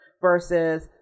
Versus